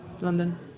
London